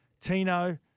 Tino